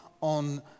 on